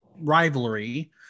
rivalry